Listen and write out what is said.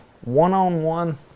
one-on-one